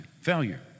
Failure